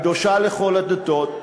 הקדושה לכל הדתות,